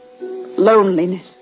loneliness